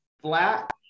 flat